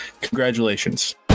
Congratulations